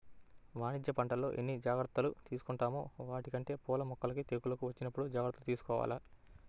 వాణిజ్య పంటల్లో ఎన్ని జాగర్తలు తీసుకుంటామో వాటికంటే పూల మొక్కలకి తెగుళ్ళు వచ్చినప్పుడు జాగర్తలు తీసుకోవాల